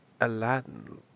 Aladdin